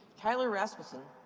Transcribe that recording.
tyler rasmussen.